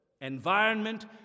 Environment